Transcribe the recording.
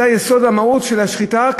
זה יסוד המהות של השחיטה,